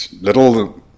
little